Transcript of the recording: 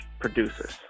producers